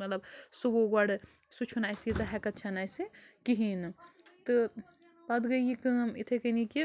مطلب سُوو گۄڈٕ سُہ چھُنہٕ اَسہِ سَہ یٖژھ ہٮ۪کَتھ چھَنہٕ اَسہِ کِہیٖنۍ نہٕ تہٕ پتہٕ گٔے یہِ کٲم اِتھَے کٔنی کہِ